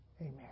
Amen